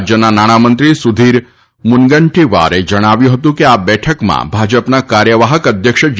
રાજ્યના નાણામંત્રી સુધીર મુનગંટીવારે જણાવ્યું હતું કે આ બેઠકમાં ભાજપના કાર્ચવાહક અધ્યક્ષ જે